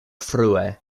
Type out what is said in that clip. frue